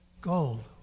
gold